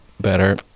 better